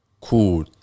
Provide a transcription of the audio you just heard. cool